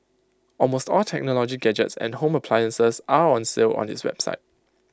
almost all technology gadgets and home appliances are on sale on its website